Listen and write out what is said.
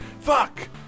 Fuck